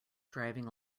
driving